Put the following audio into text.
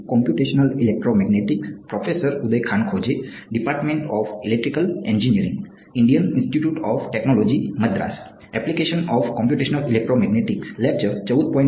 ચાલો આ ડેટા સમીકરણ જોઈએ